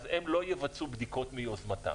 אז הם לא יבצעו בדיקות מיוזמתם,